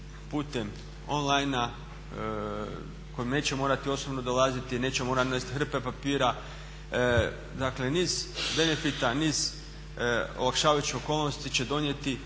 putem online gdje nećemo morati osobno dolaziti, nećemo morati nositi hrpe papira. Dakle, niz benefita, niz olakšavajućih okolnosti će donijeti